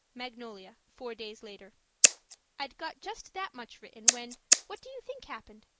magnolia, four days later i'd got just that much written, when what do you think happened?